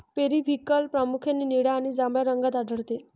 periwinkle प्रामुख्याने निळ्या आणि जांभळ्या रंगात आढळते